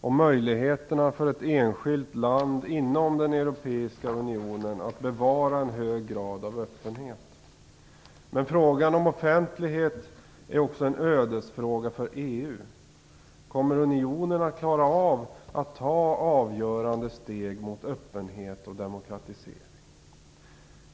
om möjligheterna för ett enskilt land inom den europeiska unionen att bevara en hög grad av öppenhet. Men frågan om offentlighet är också en ödesfråga för EU. Kommer unionen att klara av att ta avgörande steg mot öppenhet och demokratisering?